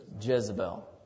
Jezebel